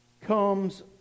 comes